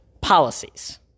policies